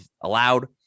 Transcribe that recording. allowed